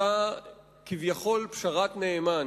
אותה, כביכול, פשרת נאמן,